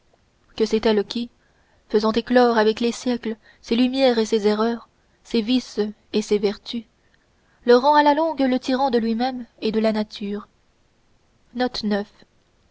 que c'est elle qui faisant éclore avec les siècles ses lumières et ses erreurs ses vices et ses vertus le rend à la longue le tyran de lui-même et de la nature